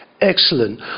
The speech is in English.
excellent